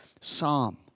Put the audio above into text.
psalm